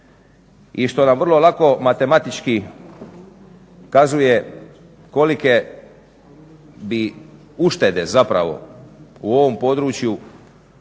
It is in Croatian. i što nam vrlo lako matematički ukazuje kolike bi uštede zapravo u ovom području